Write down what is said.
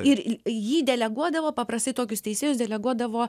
ir jį deleguodavo paprastai tokius teisėjus deleguodavo